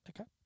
Okay